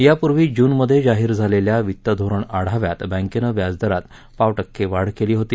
यापूर्वी जूनमध्ये जाहीर झालेल्या वित्तधोरण आढाव्यात बैंकेनं व्याजदरात पाव टक्के वाढ केली होती